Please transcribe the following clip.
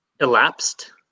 Elapsed